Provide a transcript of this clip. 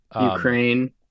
Ukraine